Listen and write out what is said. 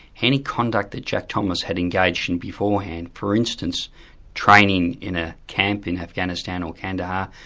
any conduct that jack thomas had engaged in beforehand, for instance training in a camp in afghanistan, or khandar,